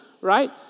right